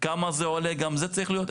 כמה זה עולה, גם זה צריך להיות.